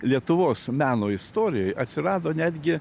lietuvos meno istorijoj atsirado netgi